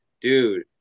dude